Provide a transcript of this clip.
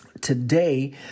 today